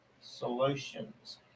solutions